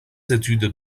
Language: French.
études